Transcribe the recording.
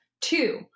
Two